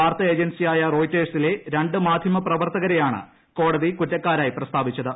വാർത്താ ഏജൻസിയായ റോയിറ്റേഴ്സിലെ രണ്ടു മാധ്യമപ്രവർത്തകരെയാണ് കോടതി കുറ്റക്കാരായി പ്രസ്താവിച്ചത്